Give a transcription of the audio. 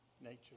nature